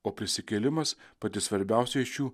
o prisikėlimas pati svarbiausioji iš jų